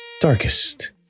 darkest